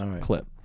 clip